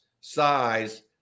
size